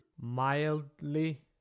mildly